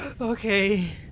Okay